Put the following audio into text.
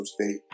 state